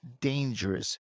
dangerous